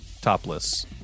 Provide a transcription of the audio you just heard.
topless